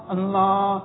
Allah